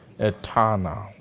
eternal